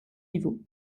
niveaux